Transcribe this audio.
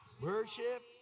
worship